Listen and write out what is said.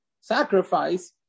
sacrifice